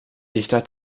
dichter